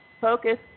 focus